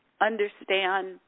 understand